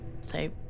say